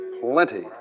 Plenty